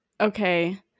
Okay